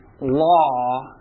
law